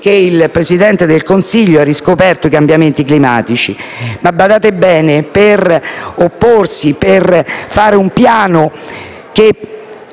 che il Presidente del Consiglio ha riscoperto i cambiamenti climatici, ma badate bene che per opporsi e fare un piano che